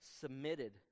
submitted